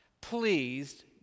pleased